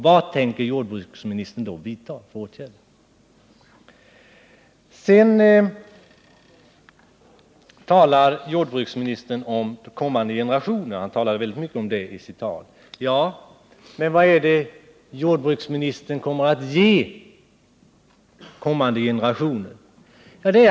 Vad tänker jordbruksministern i så fall vidta för åtgärder? Jordbruksministern talade mycket om kommande generationer i sitt tal. Vad är det då jordbruksministern kommer att ge kommande generationer?